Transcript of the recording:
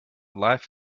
life